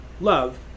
love